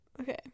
Okay